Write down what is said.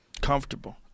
Comfortable